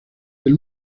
del